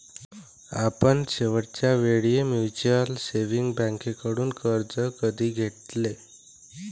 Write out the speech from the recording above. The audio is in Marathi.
आपण शेवटच्या वेळी म्युच्युअल सेव्हिंग्ज बँकेकडून कर्ज कधी घेतले?